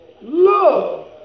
love